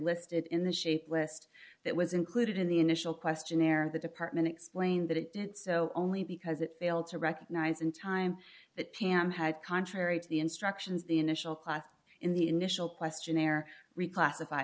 listed in the shape list that was included in the initial questionnaire the department explained that it did so only because it failed to recognise in time that pm had contrary to the instructions the initial class in the initial questionnaire reclassif